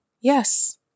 yes